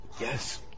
Yes